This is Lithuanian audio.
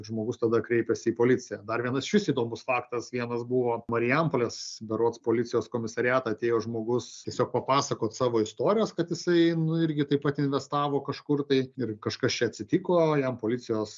žmogus tada kreipiasi į policiją dar vienas išvis įdomus faktas vienas buvo marijampolės berods policijos komisariatą atėjo žmogus tiesiog papasakot savo istorijos kad jisai nu irgi taip pat investavo kažkur tai ir kažkas čia atsitiko jam policijos